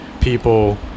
people